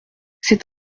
c’est